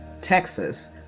Texas